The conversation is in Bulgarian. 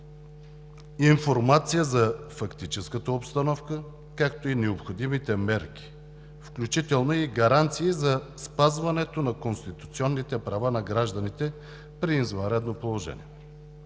информация за фактическата обстановка, както и необходимите мерки, включително и гаранции за спазването на конституционните права на гражданите при извънредно положение.